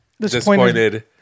disappointed